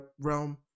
realm